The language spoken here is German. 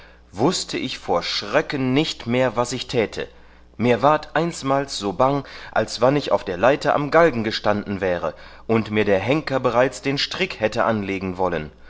wußte ich vor schröcken nicht mehr was ich täte mir ward einsmals so bang als wann ich auf der leiter am galgen gestanden wäre und mir der henker bereits den strick hätte anlegen wollen